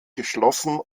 geschlossen